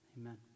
Amen